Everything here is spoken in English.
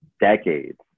decades